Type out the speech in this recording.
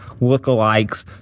Lookalikes